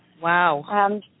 Wow